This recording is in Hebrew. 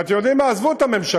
אבל אתם יודעים מה, עזבו את הממשלות.